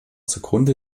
zugrunde